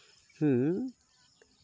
ᱦᱮᱸ